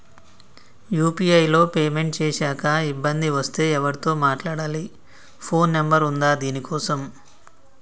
UPI లో payment చేశాక ఇబ్బంది వస్తే ఎవరితో మాట్లాడాలి? ఫోన్ నంబర్ ఉందా దీనికోసం?